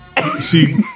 See